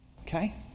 Okay